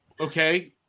Okay